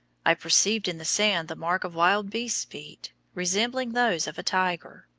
i perceived in the sand the mark of wild beasts' feet, resembling those of a tiger.